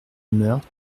meurthe